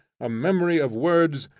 a memory of words,